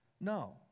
No